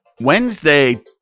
wednesday